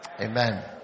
Amen